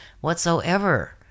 whatsoever